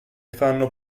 fanno